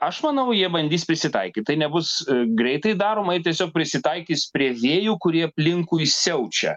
aš manau jie bandys prisitaikyt tai nebus greitai daroma jie tiesiog prisitaikys prie vėjų kurie aplinkui siaučia